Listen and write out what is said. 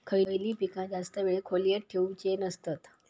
खयली पीका जास्त वेळ खोल्येत ठेवूचे नसतत?